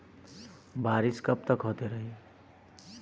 बरिस कबतक होते रही?